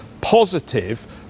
positive